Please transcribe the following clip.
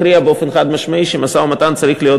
הכריע באופן חד-משמעי שמשא-ומתן צריך להיות